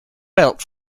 belt